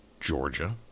Georgia